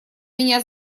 меня